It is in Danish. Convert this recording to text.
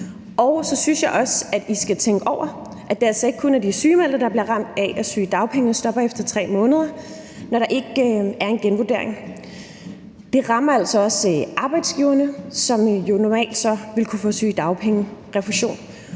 Og så synes jeg også, at I skal tænke over, at det ikke kun er de sygemeldte, der bliver ramt af, at sygedagpengene stopper efter 3 måneder, når der ikke er en genvurdering, for det rammer altså også arbejdsgiverne, som jo normalt ville kunne få sygedagpengerefusion.